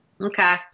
Okay